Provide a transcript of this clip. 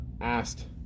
asked